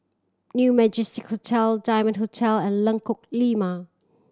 New Majestic Hotel Diamond Hotel and Lengkok Lima